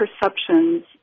perceptions